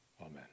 Amen